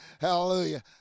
Hallelujah